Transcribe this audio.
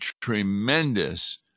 tremendous